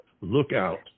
Lookout